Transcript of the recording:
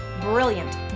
brilliant